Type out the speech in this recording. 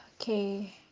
okay